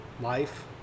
life